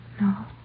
No